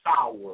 sour